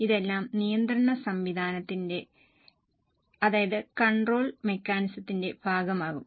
ഇതെല്ലാം നിയന്ത്രണ സംവിധാനത്തിന്റെ ഭാഗമാകും